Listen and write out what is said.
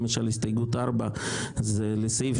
למשל הסתייגות 4 זה לסעיף